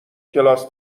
کلاس